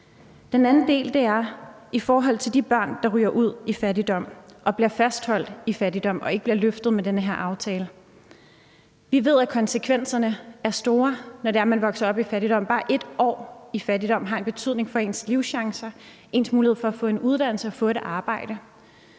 Den anden del er i forhold til de børn, der ryger ud i fattigdom og bliver fastholdt i fattigdom og ikke bliver løftet med den her aftale. Vi ved, at konsekvenserne er store, når det er, at man vokser op i fattigdom. Bare ét år i fattigdom har en betydning for ens livschancer, ens mulighed for at få en uddannelse og få et arbejde.